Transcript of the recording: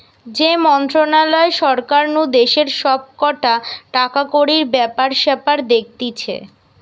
যে মন্ত্রণালয় সরকার নু দেশের সব কটা টাকাকড়ির ব্যাপার স্যাপার দেখতিছে